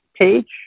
page